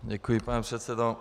Děkuji, pane předsedo.